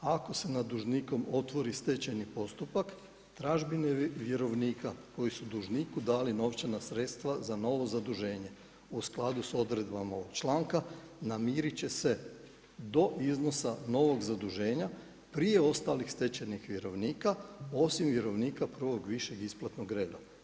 Ako se nad dužnikom otvori stečajni postupak tražbine vjerovnika koji su dužniku dali novčana sredstva za novo zaduženje u skladu sa odredbama ovog članka namirit će se do iznosa novog zaduženja prije ostalih stečajnih vjerovnika osim vjerovnika prvog višeg isplatnog reda.